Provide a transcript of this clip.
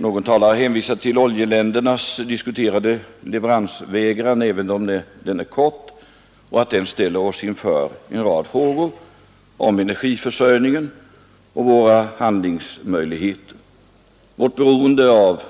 Någon talare har hänvisat till oljeländernas diskuterade leveransvägran, även om den är kortvarig, och till att den ställer oss inför en rad frågor om energiförsörjningen och våra handlingsmöjligheter, om vårt beroende av